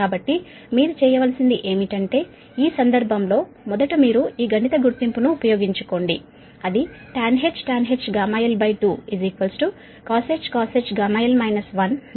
కాబట్టి మీరు చేయవలసింది ఏమిటంటే ఈ సందర్భంలో మొదట మీరు ఈ గణిత గుర్తింపును ఉపయోగించుకోండి అదిtanh γl2 cosh γl 1 sinh γl